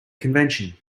convention